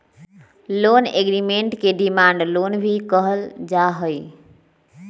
loan agreement के demand loan भी कहल जा हई